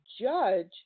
judge